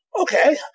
okay